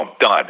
done